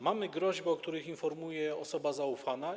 Mamy groźby, o których informuje osoba zaufana.